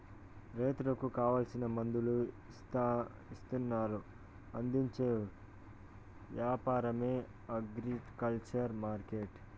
రైతులకు కావాల్సిన మందులు ఇత్తనాలు అందించే యాపారమే అగ్రికల్చర్ మార్కెట్టు